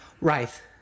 Right